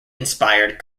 inspired